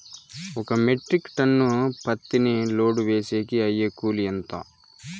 ఒక metric tonne పత్తిని load వేసేకి అయ్యే కూలి ఎంత?